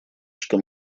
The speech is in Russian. что